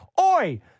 oi